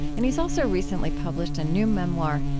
and he's also recently published a new memoir,